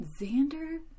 Xander